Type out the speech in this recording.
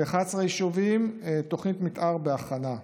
ל-11 יישובים, תוכנית מתאר בהכנה.